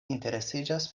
interesiĝas